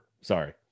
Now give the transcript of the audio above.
Sorry